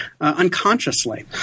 unconsciously